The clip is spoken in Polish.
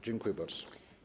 Dziękuję bardzo.